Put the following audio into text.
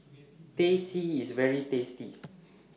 Teh C IS very tasty